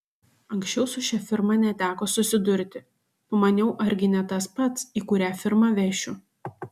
anksčiau su šia firma neteko susidurti pamaniau argi ne tas pats į kurią firmą vešiu